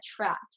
attract